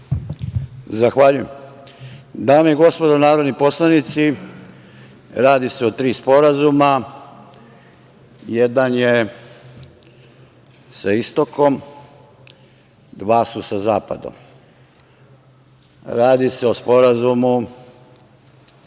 Zahvaljujem. Dame i gospodo narodni poslanici, radi se o tri sporazuma, jedan je sa istokom, dva su sa zapadom. Radi se o Sporazumu